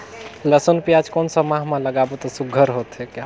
लसुन पियाज कोन सा माह म लागाबो त सुघ्घर होथे?